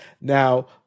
Now